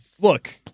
Look